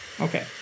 Okay